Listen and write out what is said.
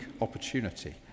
opportunity